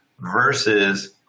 versus